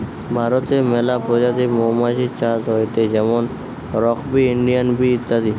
ভারতে মেলা প্রজাতির মৌমাছি চাষ হয়টে যেমন রক বি, ইন্ডিয়ান বি ইত্যাদি